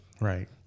right